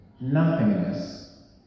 nothingness